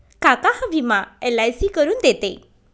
काका हा विमा एल.आय.सी करून देते